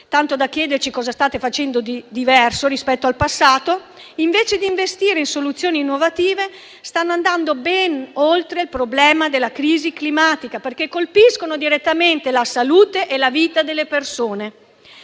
tanto da chiederci cosa state facendo di diverso rispetto al passato - invece di investire in soluzioni innovative, stanno andando ben oltre il problema della crisi climatica, perché colpiscono direttamente la salute e la vita delle persone.